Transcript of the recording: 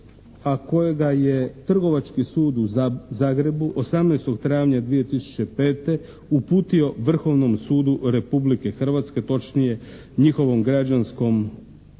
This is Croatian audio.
a kojega je Trgovački sud u Zagrebu 18. travnja 2005. uputio Vrhovnom sudu Republike Hrvatske, točnije njihovom građanskom odjelu,